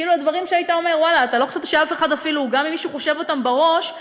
דברים שחשבת שגם אם מישהו חושב אותם בראש,